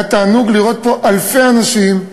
היה תענוג לראות פה אלפי אנשים,